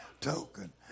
token